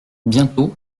bientôt